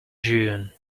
june